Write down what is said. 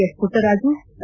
S Puttaraju ಸಾ